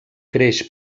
creix